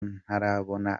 ntarabona